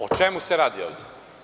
O čemu se radi ovde?